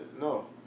no